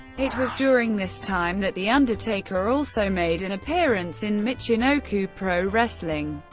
it was during this time that the undertaker also made an appearance in michinoku pro wrestling,